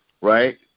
right